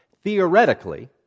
Theoretically